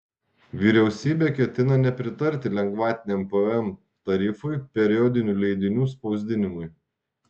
vyriausybė ketina nepritarti lengvatiniam pvm tarifui periodinių leidinių spausdinimui